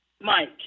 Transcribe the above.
Mike